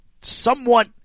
somewhat